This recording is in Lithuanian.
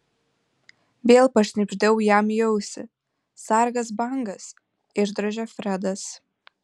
vėl pašnibždėjau jam į ausį sargas bangas išdrožė fredas